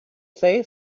say